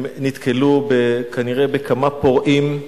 הם נתקלו כנראה בכמה פורעים,